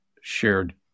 shared